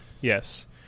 yes